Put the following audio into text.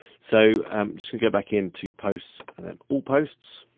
so i'm just gonna go back in to posts and then all posts.